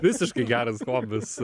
visiškai geras hobis